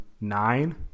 nine